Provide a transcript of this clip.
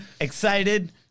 excited